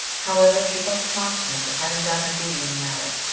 however, she felt a consciousness of having done her duty in the matter,